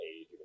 age